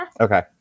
Okay